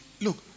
look